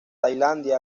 tailandia